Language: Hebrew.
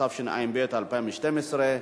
התשע"ב 2012,